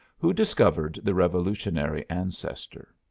who discovered the revolutionary ancestor.